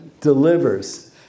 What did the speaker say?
delivers